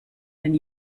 den